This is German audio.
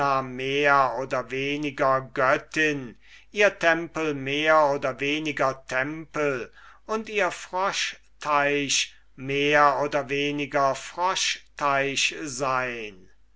mehr oder weniger göttin ihr tempel mehr oder weniger tempel und ihr froschgraben mehr oder weniger froschgraben sein